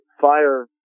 fire